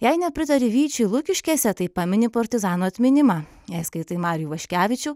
jei nepritari vyčiui lukiškėse tai pamini partizanų atminimą jei skaitai marių ivaškevičių